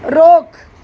रोकु